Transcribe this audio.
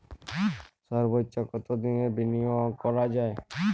সর্বোচ্চ কতোদিনের বিনিয়োগ করা যায়?